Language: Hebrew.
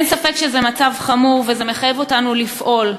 אין ספק שזה מצב חמור, וזה מחייב אותנו לפעול,